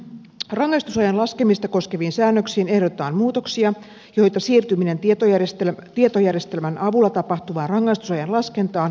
rangaistusajan laskemista koskeviin säännöksiin ehdotetaan muutoksia joita siirtyminen tietojärjestelmän avulla tapahtuvaan rangaistusajan laskentaan edellyttää